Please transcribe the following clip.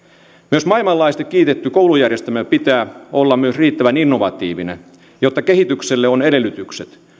myös maailmanlaajuisesti kiitetyn koulujärjestelmämme pitää olla riittävän innovatiivinen jotta kehitykselle on edellytykset